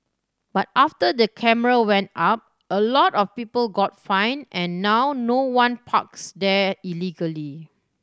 but after the camera went up a lot of people got fined and now no one parks there illegally